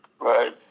Right